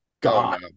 God